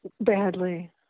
Badly